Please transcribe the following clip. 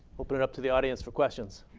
open it up to the audience for questions.